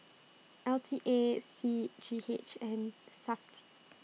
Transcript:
L T A C G H and Safti